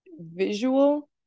visual